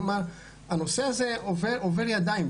כלומר הנושא הזה עובר ידיים,